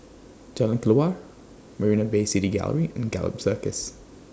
Jalan Kelawar Marina Bay City Gallery and Gallop Circus